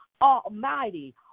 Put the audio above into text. Almighty